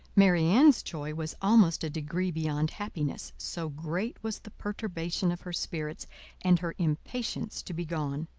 marianne's joy was almost a degree beyond happiness, so great was the perturbation of her spirits and her impatience to be gone.